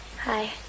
Hi